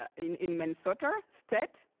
ah in in minnesota state,